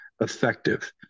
effective